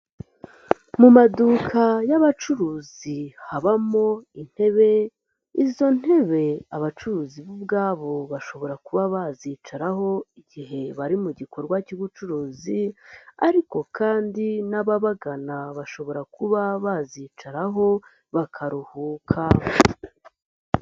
Mu maduka y'abacuruzi habamo intebe, izo ntebe abacuruzi bo ubwabo bashobora kuba bazicaraho igihe bari mu gikorwa cy'ubucuruzi, ariko kandi n'ababagana bashobora kuba bazicaraho bakaruhuka.